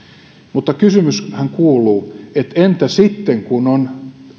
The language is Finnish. mutta kysymyshän kuuluu että entä sitten kun on